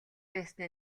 байсан